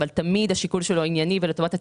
אבל תמיד השיקול שלו ענייני ולטובת הציבור,